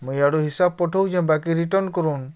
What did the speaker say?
ମୁଇଁ ୟାଡ଼ୁ ହିସାବ୍ ପଠଉଚେ ବାକି ରିଟର୍ଣ୍ଣ୍ କରୁନ୍